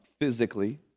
physically